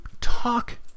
talk